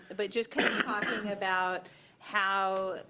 but just kind of talking about how,